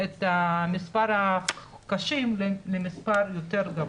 את מס' החולים הקשים למס' יותר גבוה.